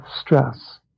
stress